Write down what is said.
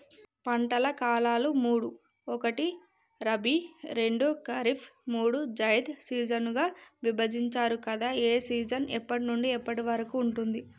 పంటల కాలాలు మూడు ఒకటి రబీ రెండు ఖరీఫ్ మూడు జైద్ సీజన్లుగా విభజించారు కదా ఏ సీజన్ ఎప్పటి నుండి ఎప్పటి వరకు ఉంటుంది?